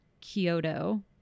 Kyoto